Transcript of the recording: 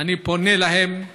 פונה אליהן.